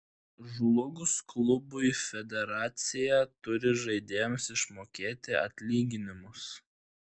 žlugus klubui federacija turi žaidėjams išmokėti atlyginimus